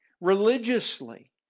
religiously